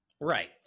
Right